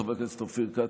חבר הכנסת אופיר כץ,